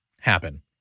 happen